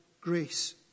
grace